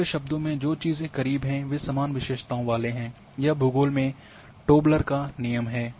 दूसरे शब्दों में जो चीजें करीब हैं वे समान विशेषताओं वाले हैं यह भूगोल में टोबलर का नियम है